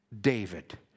David